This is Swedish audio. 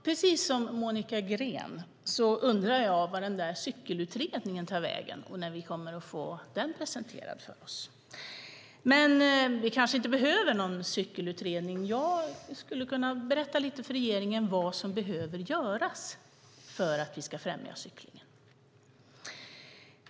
Precis som Monica Green undrar jag var den där cykelutredningen har tagit vägen och när vi kommer att få den presenterad för oss. Men vi kanske inte behöver en cykelutredning, för jag kan berätta för regeringen vad som behöver göras för att främja cyklandet.